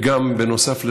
בנוסף לזה,